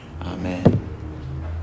Amen